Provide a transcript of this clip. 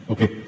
Okay